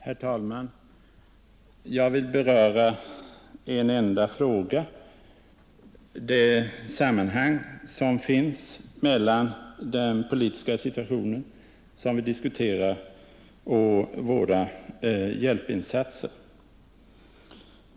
Herr talman! Jag vill beröra en enda fråga: det sammanhang som finns mellan den politiska situation vi nu diskuterar och våra hjälpinsatser.